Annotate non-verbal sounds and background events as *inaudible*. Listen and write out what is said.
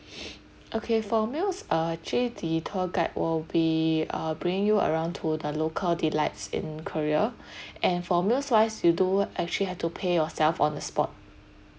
*noise* okay for meals uh actually the tour guide will be uh bring you around to the local delights in korea and for meals wise you do actually have to pay yourself on the spot